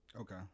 Okay